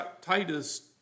Titus